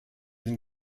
den